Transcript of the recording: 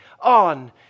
on